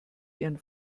ihren